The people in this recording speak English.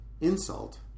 insult